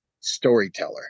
storyteller